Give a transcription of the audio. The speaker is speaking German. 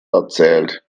erzählt